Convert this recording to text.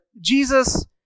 Jesus